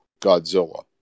Godzilla